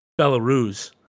Belarus